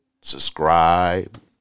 subscribe